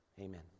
Amen